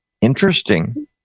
Interesting